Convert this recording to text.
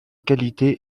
qualité